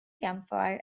campfire